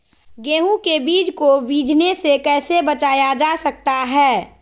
गेंहू के बीज को बिझने से कैसे बचाया जा सकता है?